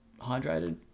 hydrated